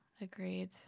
agreed